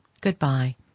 Goodbye